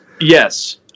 Yes